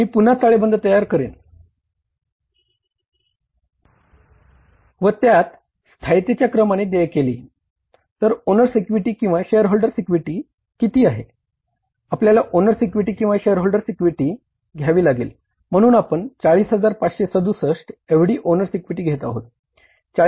मी पुन्हा ताळेबंद तयार करेन व त्यात स्थायीतेच्या क्रमाने आहे